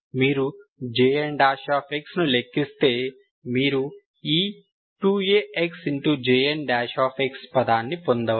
మీరు Jn ను లెక్కిస్తే మీరు ఈ 2AxJn పదాన్ని పొందవచ్చు